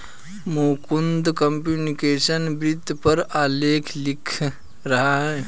Mukund computational वित्त पर आलेख लिख रहा है